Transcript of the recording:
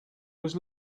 was